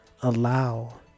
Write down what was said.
allow